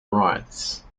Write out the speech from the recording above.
rights